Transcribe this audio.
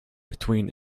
between